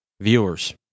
viewers